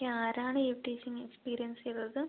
ആരാണ് eve teasing experience ചെയ്തത്